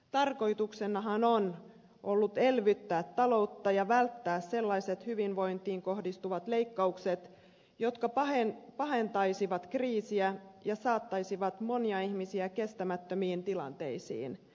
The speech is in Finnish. tarkoituksenahan on ollut elvyttää taloutta ja välttää sellaiset hyvinvointiin kohdistuvat leikkaukset jotka pahentaisivat kriisiä ja saattaisivat monia ihmisiä kestämättömiin tilanteisiin